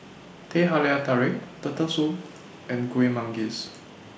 Teh Halia Tarik Turtle Soup and Kueh Manggis